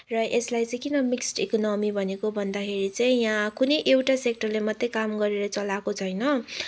र यसलाई चाहिँ किन मिक्स्ड इकोनोमी भनेको भन्दाखेरि चाहिँ यहाँ कुनै एउटा सेक्टरले मात्रै काम गरेर चलाएको छैन